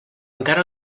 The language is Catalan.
encara